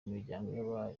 miryango